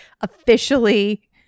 officially